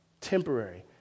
temporary